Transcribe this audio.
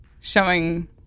showing